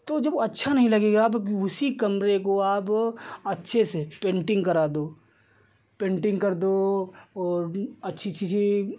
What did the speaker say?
तो जब अच्छा नहीं लगेगा तो उसी कमरे को आप अच्छे से पेन्टिन्ग करा दो पेन्टिन्ग कर दो और अच्छी चीज़ें